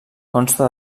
consta